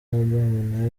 adamu